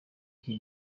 iki